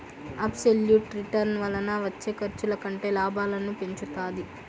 absolute return వలన వచ్చే ఖర్చుల కంటే లాభాలను పెంచుతాది